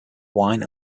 wine